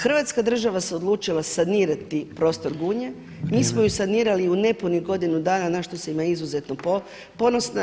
Hrvatska država se odlučila sanirati prostor Gunje [[Upadica predsjednik: Vrijeme.]] Mi smo ju sanirali u nepunih godinu dana na što sam ja izuzetno ponosna.